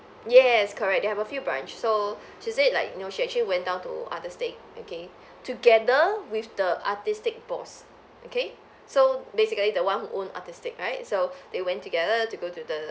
yes correct they have a few branch so she said like you know she actually went down to Arteastiq okay together with the Arteastiq boss okay so basically the one who own Arteastiq right so they went together to go to the